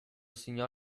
segnò